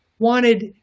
wanted